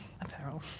Apparel